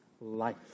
life